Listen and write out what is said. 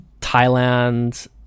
Thailand